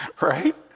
right